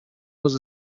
was